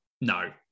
No